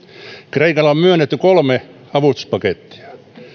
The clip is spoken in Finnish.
kreikalle on myönnetty kolme avustuspakettia